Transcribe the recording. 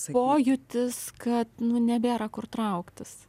pojūtis kad nebėra kur trauktis